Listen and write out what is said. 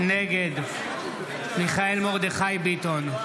נגד מיכאל מרדכי ביטון,